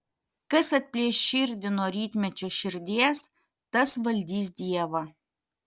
kas atplėš širdį nuo rytmečio širdies tas valdys dievą